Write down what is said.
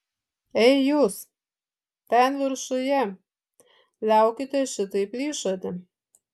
ei jūs ten viršuje liaukitės šitaip plyšoti